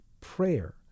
prayer